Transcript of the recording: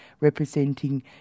representing